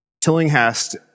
Tillinghast